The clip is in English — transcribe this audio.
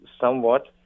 somewhat